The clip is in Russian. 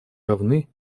равны